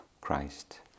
Christ